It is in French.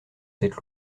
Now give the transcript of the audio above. cette